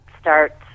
start